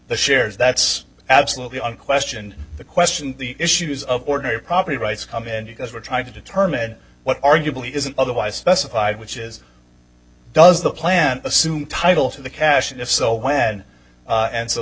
the shares that's absolutely on question the question the issues of ordinary property rights come in because we're trying to determine what arguably is an otherwise specified which is does the plan assume title to the cash and if so when